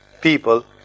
people